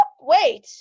wait